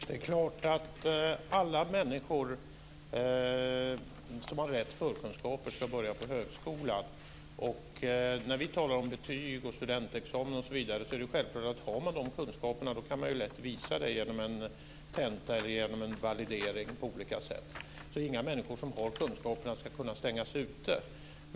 Herr talman! Det är klart att alla människor som har rätt förkunskaper ska börja på högskolan. När vi talar om betyg, studentexamen osv. tycker vi att det är självklart att man lätt kan visa att man har rätt kunskaper genom en tenta eller en validering på olika sätt. Inga människor som har kunskaperna ska kunna stängas ute.